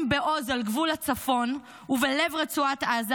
בעוז על גבול הצפון ובלב רצועת עזה,